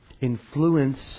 influence